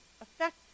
affect